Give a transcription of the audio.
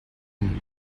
өмнө